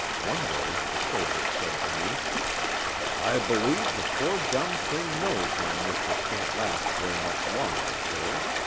one day the servant said to me i believe the poor dumb thing knows my mistress can't last very much longer, sir.